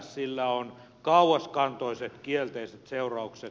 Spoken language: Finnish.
sillä on kauaskantoiset kielteiset seuraukset